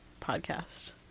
podcast